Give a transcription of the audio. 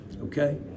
Okay